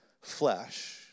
flesh